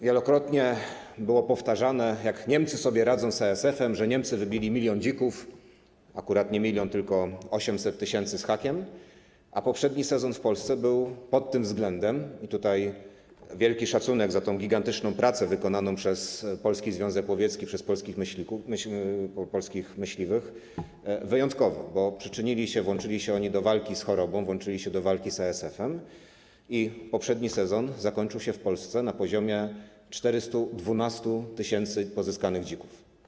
Wielokrotnie było powtarzane, jak Niemcy sobie radzą z ASF-em, że Niemcy wybili milion dzików, akurat nie milion, tylko 800 tys. z hakiem, a poprzedni sezon w Polsce był pod tym względem - i tutaj wielki szacunek za tą gigantyczną pracę wykonaną przez Polski Związek Łowiecki, przez polskich myśliwych - wyjątkowy, bo przyczynili się, włączyli się oni do walki z chorobą, włączyli się do walki z ASF-em i poprzedni sezon zakończył się w Polsce na poziomie 412 tys. pozyskanych dzików.